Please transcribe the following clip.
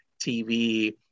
TV